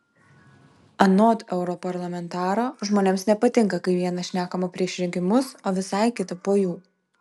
anot europarlamentaro žmonėms nepatinka kai viena šnekama prieš rinkimus o visai kita po jų